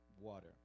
water